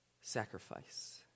sacrifice